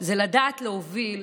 זה לדעת להוביל